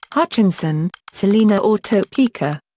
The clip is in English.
hutchinson, salina or topeka.